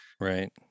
right